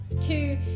Two